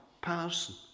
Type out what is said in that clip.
person